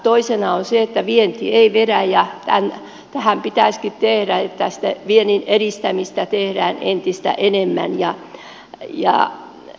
toisena on se että vienti ei vedä ja tässä pitäisikin sitä viennin edistämistä tehdä entistä enemmän